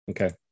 Okay